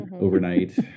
overnight